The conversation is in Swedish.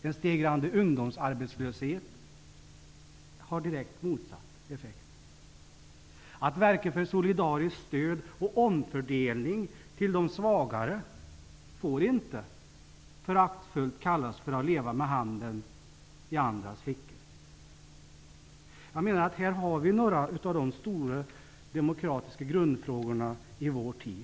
En stegrande ungdomsarbetslöshet har direkt motsatt effekt. Att verka för solidariskt stöd och omfördelning till de svagare får inte föraktfullt kallas för att leva med handen i andras fickor. Detta är några av de stora demokratiska grundfrågorna i vår tid.